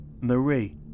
Marie